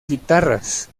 guitarras